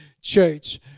church